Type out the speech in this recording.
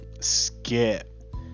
Skip